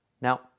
Now